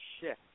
shift